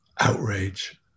outrage